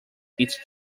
its